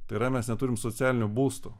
tai yra mes neturim socialinių būstų